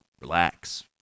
Relax